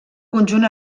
conjunt